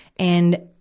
and,